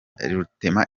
rutema